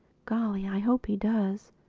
golly, i hope he does!